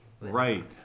Right